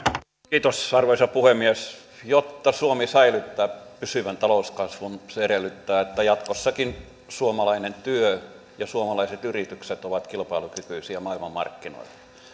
kiitos arvoisa puhemies jotta suomi säilyttää pysyvän talouskasvun se edellyttää että jatkossakin suomalainen työ ja suomalaiset yritykset ovat kilpailukykyisiä maailmanmarkkinoilla